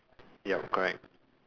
ya correct